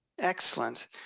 Excellent